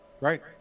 right